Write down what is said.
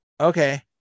Okay